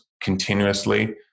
continuously